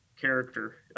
character